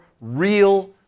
real